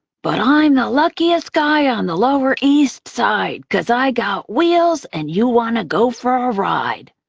but i'm the luckiest guy on the lower east side, cause i got wheels, and you want to go for a ride.